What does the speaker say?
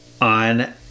on